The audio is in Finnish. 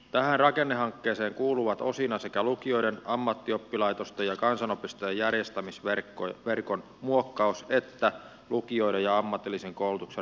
tähän rakennehankkeeseen kuuluvat osina sekä lukioiden ammattioppilaitosten ja kansanopistojen järjestämisverkon muokkaus että lukioiden ja ammatillisen koulutuksen rahoituksen uudistus